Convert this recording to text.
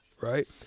right